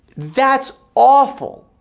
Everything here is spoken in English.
that's awful.